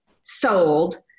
sold